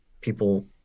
people